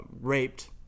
raped